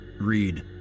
read